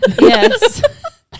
Yes